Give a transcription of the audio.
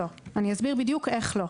אני אסביר בדיוק איך לא.